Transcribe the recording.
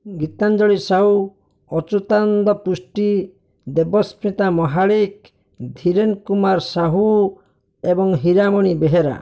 ଗୀତାଞ୍ଜଳି ସାହୁ ଅଚ୍ୟୁଦାନନ୍ଦ ପୃଷ୍ଟି ଦେବସ୍ମିତା ମହାଳିକ୍ ଧିରେନ କୁମାର ସାହୁ ଏବଂ ହୀରାମଣି ବେହେରା